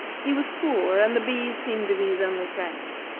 he was poor, and the bees seemed to be his only friends.